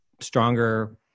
stronger